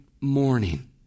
morning